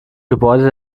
gebäude